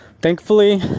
thankfully